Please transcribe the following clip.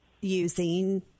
using